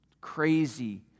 Crazy